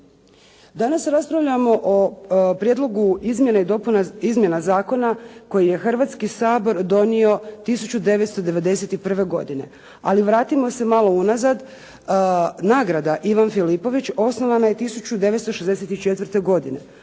Danas raspravljamo o prijedlogu izmjena zakona koji je Hrvatski sabor donio 1991. godine. Ali vratimo se malo unazad, nagrada "Ivan Filipović" osnovana je 1964. godine,